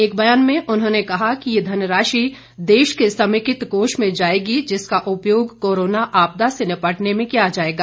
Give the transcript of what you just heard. एक ब्यान में उन्होंने कहा कि ये धनराशि देश के समेकित कोष में जाएगी जिसका उपयोग कोरोना आपदा से निपटने के लिए किया जाएगा